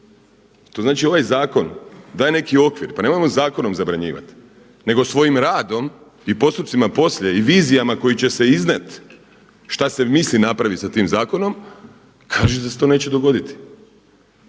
to znači ovaj zakon daje neki okvir. Pa nemojmo zakonom zabranjivati nego svojim radom i postupcima poslije i vizijama koje će se iznijet šta se misli napravit sa tim zakonom kaže da se to neće dogoditi.